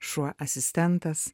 šuo asistentas